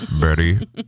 betty